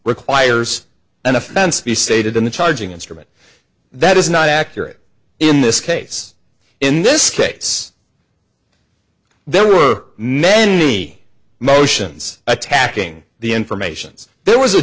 requires an offense you stated in the charging instrument that is not accurate in this case in this case there were many motions attacking the information's there was a